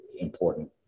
important